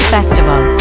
Festival